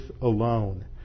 alone